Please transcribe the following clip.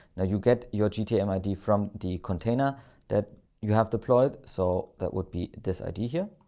now you get your gtm id from the container that you have deployed. so that would be this id here.